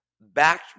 back